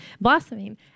blossoming